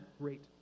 great